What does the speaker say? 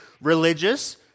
religious